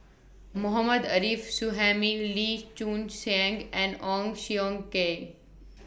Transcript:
Mohammad Arif Suhaimi Lee Choon Seng and Ong Siong Kai